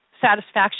satisfaction